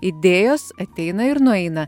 idėjos ateina ir nueina